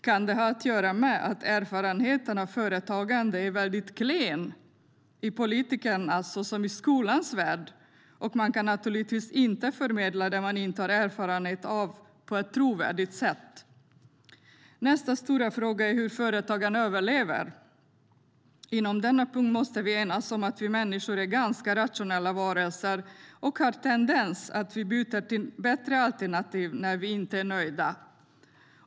Kan det ha att göra med att erfarenheten av företagande är väldigt klen i politikernas och skolans värld och att man naturligtvis inte på ett trovärdigt sätt kan förmedla det man inte har erfarenhet av? Nästa stora fråga är hur företagen överlever. Under denna punkt måste vi enas om att vi människor är ganska rationella varelser som har en tendens att byta till bättre alternativ när vi inte är nöjda.